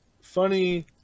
funny